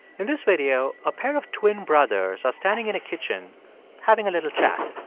in this video, a pair of twin brothers are standing in a kitchen having a little chat